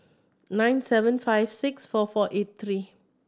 nine seven five six four four eight three